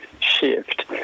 shift